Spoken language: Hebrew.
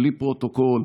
בלי פרוטוקול,